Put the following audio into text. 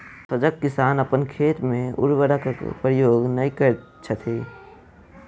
सजग किसान अपन खेत मे उर्वरकक प्रयोग नै करैत छथि